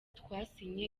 twasinye